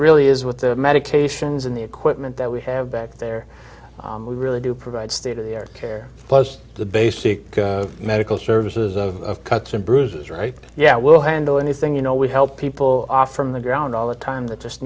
really is with the medications and the equipment that we have back there we really do provide state of their care plus the basic medical services of cuts and bruises right yeah we'll handle anything you know we help people off from the ground all the time that just